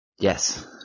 Yes